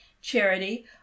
Charity